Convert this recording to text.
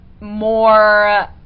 more